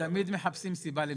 תמיד מחפשים סיבה למסיבה.